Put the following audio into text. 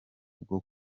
bwo